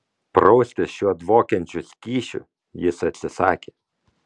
praustis šiuo dvokiančiu skysčiu jis atsisakė